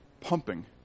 pumping